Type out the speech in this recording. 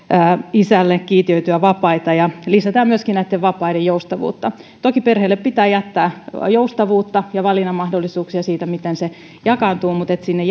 isälle kiintiöityjä vapaita ja lisätään myöskin näitten vapaiden joustavuutta toki perheille pitää jättää joustavuutta ja valinnanmahdollisuuksia siitä miten se jakaantuu mutta sinne